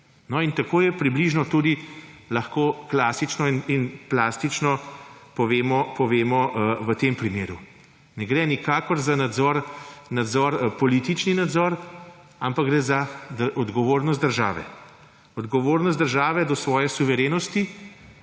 No, in tako je približno lahko tudi, klasično in plastično povemo, v tem primeru. Ne gre nikakor za politični nadzor, ampak gre za odgovornost države; odgovornost države do svoje suverenosti,